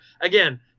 again